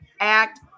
act